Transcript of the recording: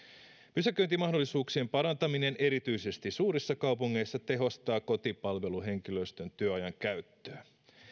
pysäköintimahdollisuuksien parantaminen erityisesti suurissa kaupungeissa tehostaa kotipalveluhenkilöstön työajan käyttöä